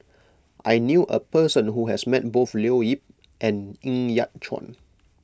I knew a person who has met both Leo Yip and Ng Yat Chuan